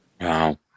Wow